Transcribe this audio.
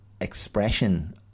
expression